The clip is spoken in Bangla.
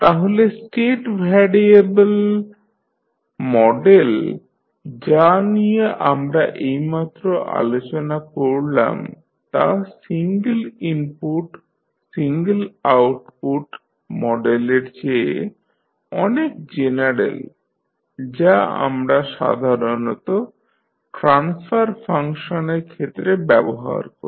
তাহলে স্টেট ভ্যারিয়েবল মডেল যা নিয়ে আমরা এইমাত্র আলোচনা করলাম তা' সিঙ্গল ইনপুট সিঙ্গল আউটপুট মডেলের চেয়ে অনেক জেনারেল যা আমরা সাধারনত ট্রান্সফার ফাংশানের ক্ষেত্রে ব্যবহার করি